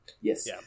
Yes